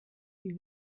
wie